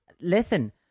Listen